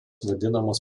vadinamos